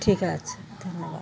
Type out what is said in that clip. ঠিক আছে ধন্যবাদ